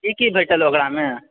की की भेटत ओकरामे